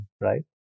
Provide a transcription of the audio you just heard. right